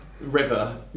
River